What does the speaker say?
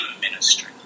ministry